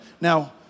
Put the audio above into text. Now